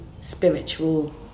spiritual